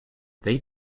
they